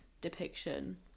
depiction